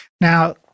Now